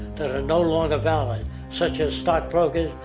that are no longer valid, such as stockbrokers,